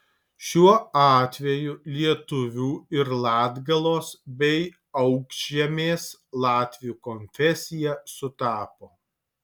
šiuo atveju lietuvių ir latgalos bei aukšžemės latvių konfesija sutapo